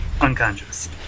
unconscious